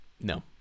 No